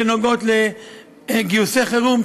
שנוגעות בגיוסי חירום,